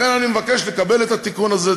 לכן, אני מבקש לקבל את התיקון הזה.